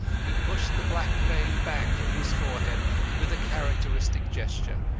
he pushed the black mane back from his forehead with a characteristic gesture.